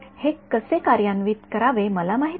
हे कसे कार्यान्वित करावे मला माहित आहे